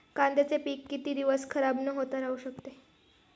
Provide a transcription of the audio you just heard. कांद्याचे पीक किती दिवस खराब न होता राहू शकते?